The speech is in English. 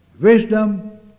wisdom